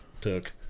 took